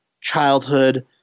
childhood